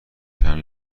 چند